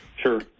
Sure